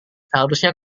seharusnya